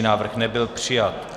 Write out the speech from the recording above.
Návrh nebyl přijat.